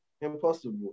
Impossible